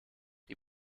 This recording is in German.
die